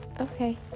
okay